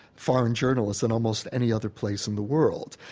foreign journalists, than almost any other place in the world.